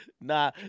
Nah